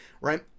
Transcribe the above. right